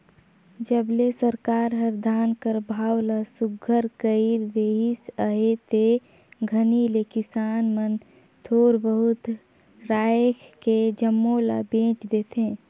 जब ले सरकार हर धान कर भाव ल सुग्घर कइर देहिस अहे ते घनी ले किसान मन थोर बहुत राएख के जम्मो ल बेच देथे